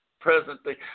presently